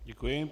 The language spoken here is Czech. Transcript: Děkuji.